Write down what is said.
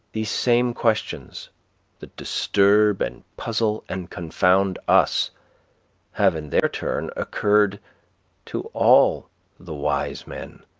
these same questions that disturb and puzzle and confound us have in their turn occurred to all the wise men